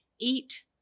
Eat